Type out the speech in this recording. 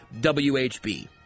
WHB